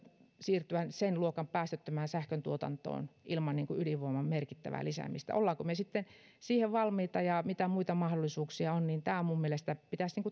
siirtyä sen luokan päästöttömään sähköntuotantoon ilman ydinvoiman merkittävää lisäämistä olemmeko me sitten siihen valmiita ja mitä muita mahdollisuuksia on niin tämä minun mielestäni pitäisi